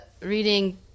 reading